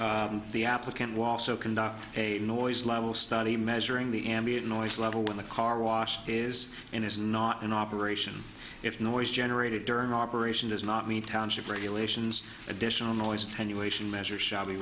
the applicant was so conduct a noise level study measuring the ambient noise level when the car wash is and is not in operation if noise generated during operation does not mean township regulations additional noise attenuation measure shall be